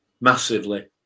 massively